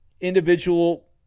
individual